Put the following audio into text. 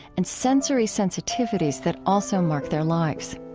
and sensory sensitivities that also mark their lives